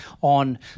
on